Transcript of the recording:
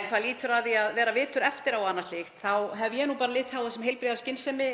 En hvað lýtur að því að vera vitur eftir á og annað slíkt þá hef ég nú bara litið á það sem heilbrigða skynsemi